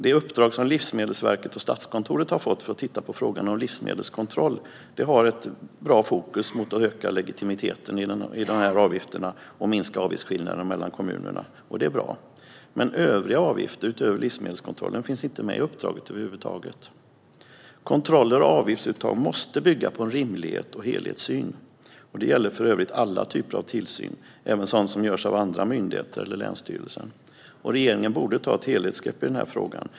Det uppdrag som Livsmedelsverket och Statskontoret har fått att titta på frågan om livsmedelskontroll har ett bra fokus: att öka legitimiteten i avgifterna och minska avgiftsskillnaderna mellan kommunerna. Det är bra. Men övriga avgifter utöver de som gäller livsmedelskontrollen finns inte med i uppdraget över huvud taget. Kontroller och avgiftsuttag måste bygga på en rimlighet och en helhetssyn. Det gäller för övrigt alla typer av tillsyner, även sådana som görs av andra myndigheter eller av länsstyrelsen. Regeringen borde ta ett helhetsgrepp i denna fråga.